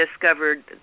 discovered